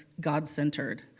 God-centered